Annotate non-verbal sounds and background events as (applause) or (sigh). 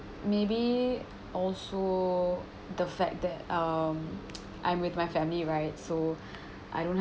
maybe also the fact that um (noise) I'm with my family right so I don't